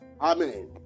Amen